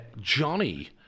Johnny